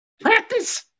Practice